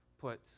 put